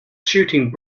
shooting